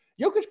Jokic